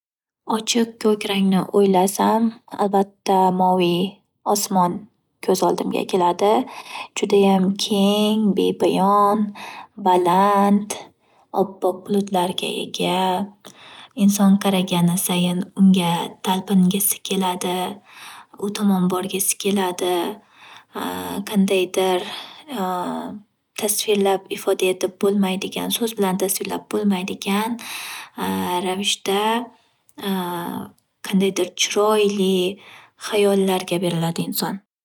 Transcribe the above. Ochiq ko’k rangni o’ylasam, albatta moviy osmon ko’z oldimga keladi. Judayam keng, bepayon, baland, oppoq bulutlarga ega. Inson qaragani sayi unga talpingisi keladi, u tomon borgisi keladi qandaydir tasfirlab ifoda etib bo'lmaydigan, so'z bilan tasvirlab bo’lmaydigan ravishda qandaydir chiroyli hayollarga beriladi inson.